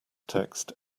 text